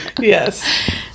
Yes